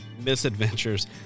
misadventures